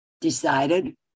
decided